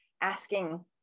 asking